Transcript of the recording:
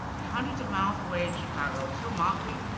and hundreds of miles away in chicago, till-mobley,